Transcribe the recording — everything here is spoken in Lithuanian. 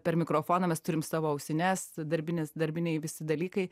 per mikrofoną mes turim savo ausines darbines darbiniai visi dalykai